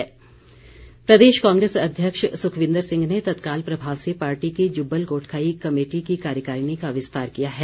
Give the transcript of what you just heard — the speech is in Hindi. नियुक्ति प्रदेश कांग्रेस अध्यक्ष सुखविन्दर सिंह ने तत्काल प्रभाव से पार्टी की जुब्बल कोटखाई कमेटी की कार्यकारिणी का विस्तार किया है